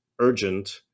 urgent